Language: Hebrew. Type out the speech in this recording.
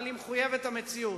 אבל היא מחויבת המציאות.